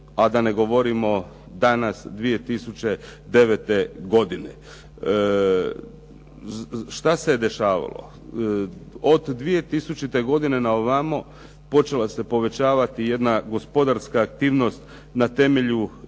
a da ne govorimo danas 2009. godine. Šta se dešavalo? Od 2000. godine na ovamo počela se povećavati jedna gospodarska aktivnost na temelju